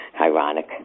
Ironic